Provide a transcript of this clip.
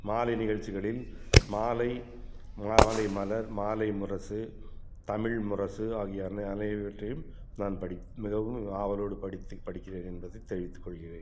மாலை நிகழ்ச்சிகளில் மாலை மாலை மலர் மாலை முரசு தமிழ் முரசு ஆகிய அனை அனைவற்றையும் நான் படி மிகவும் ஆவலோடு படித்து படிக்கிறேன் என்பதை தெரிவித்துக்கொள்கிறேன்